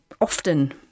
often